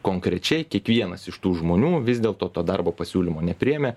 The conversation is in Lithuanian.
konkrečiai kiekvienas iš tų žmonių vis dėlto to darbo pasiūlymo nepriėmė